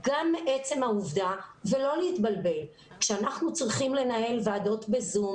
לא להתבלבל כי כשאנחנו צריכים לנהל ועדות ב-זום